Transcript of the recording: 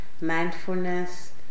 mindfulness